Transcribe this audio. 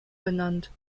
benannt